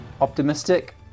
optimistic